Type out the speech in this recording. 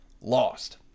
lost